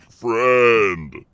Friend